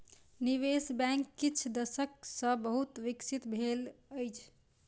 निवेश बैंक किछ दशक सॅ बहुत विकसित भेल अछि